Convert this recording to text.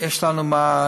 יש לנו מה,